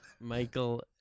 Michael